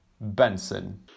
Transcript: Benson